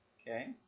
Okay